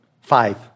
Five